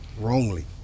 wrongly